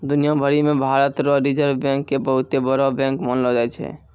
दुनिया भरी मे भारत रो रिजर्ब बैंक के बहुते बड़ो बैंक मानलो जाय छै